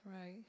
Right